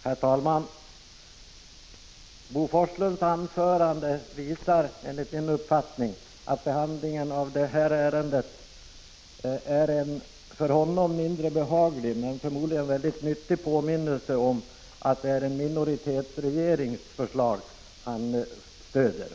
Herr talman! Bo Forslunds anförande visar enligt min uppfattning att behandlingen av detta ärende utgör en för honom mindre behaglig — men förmodligen mycket nyttig — påminnelse om att det är en minoritetsregerings 51 förslag han stöder.